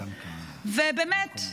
באמת,